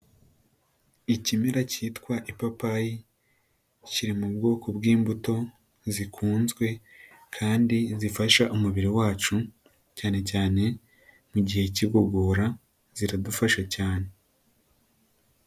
Ikimera cyitwa ipapayi kiri mu bwoko bwi'imbuto zikunzwe kandi zifasha umubiri wacu cyane cyane mu gihe cy'igogora ziradufasha cyane.